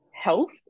health